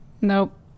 Nope